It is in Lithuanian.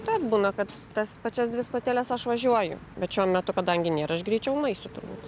tad būna kad tas pačias dvi stoteles aš važiuoju bet šiuo metu kadangi nėra aš greičiau nueisiu turbūt